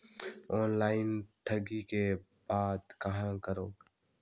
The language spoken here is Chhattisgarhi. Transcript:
ऑनलाइन ठगी के बाद कहां करों?